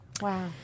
Wow